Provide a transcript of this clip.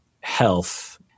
health